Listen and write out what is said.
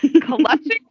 collecting